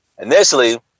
Initially